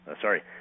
sorry